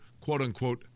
quote-unquote